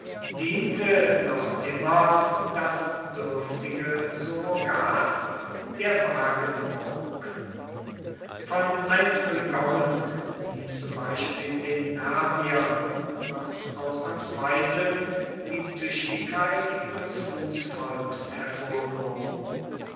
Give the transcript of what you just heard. diente noch immer das dürftige surrogat der wagenburg von einzelnen gauen wie zum beispiel den nerviern wird ausnahmsweise die tüchtigkeit ihres fußvolks hervorgehoben